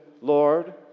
Lord